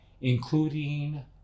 including